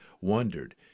wondered